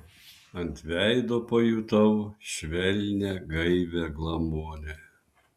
ant veido pajutau švelnią gaivią glamonę